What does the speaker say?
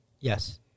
Yes